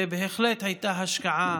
ובהחלט הייתה השקעה